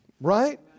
right